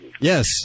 Yes